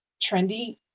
trendy